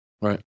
Right